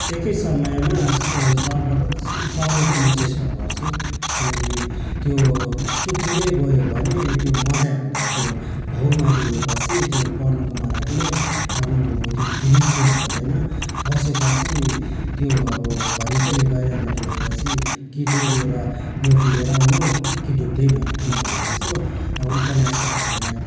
एकै समयमा सर्वप्रथम सि सक्ने चाहिँ म चेष्टा गर्छु किनकि त्यो थुप्रिँदै गयो भने त्यो मजै आउँदैन त्यो भावमा डुबेपछि त्यो पढ्नुको मलाई कुनै अब त्यो फिलिङ्स चाहिँ आउँदैन बसेपछि त्यो अब भनिन्छ नि गहिराइमा डुबेपछि कि डुबेर मोती लिएर आउनु कि डुब्दै नडुब्नु भनेको जस्तो अब उपन्यासहरू हामीलाई